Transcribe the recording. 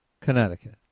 Connecticut